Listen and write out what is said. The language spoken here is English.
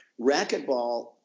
racquetball